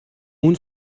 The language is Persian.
اون